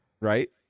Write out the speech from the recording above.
right